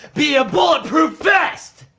be a bulletproof vest!